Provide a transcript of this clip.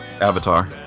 Avatar